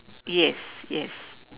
yes yes